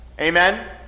amen